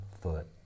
foot